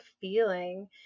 feeling